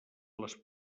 les